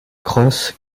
crosse